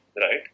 right